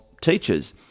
teachers